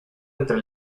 entre